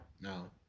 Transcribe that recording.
No